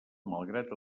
malgrat